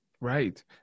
Right